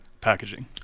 packaging